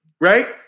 right